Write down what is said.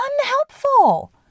unhelpful